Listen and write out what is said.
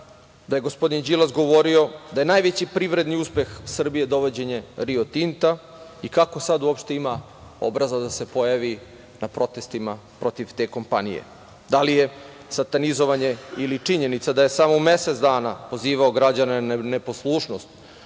da je gospodin Đilas govorio da je najveći privredni uspeh Srbije dovođenje Rio Tinta i kako sad uopšte ima obraza da se pojavi na protestima protiv te kompanije? Da li je satanizovanje ili činjenica da je samo mesec dana poziva građane na neposlušnost